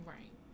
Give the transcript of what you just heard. Right